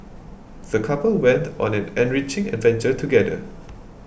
the couple went on an enriching adventure together